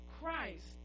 Christ